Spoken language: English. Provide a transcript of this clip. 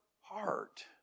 heart